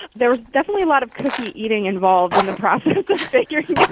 there was definitely a lot of cookie-eating involved in the process of figuring it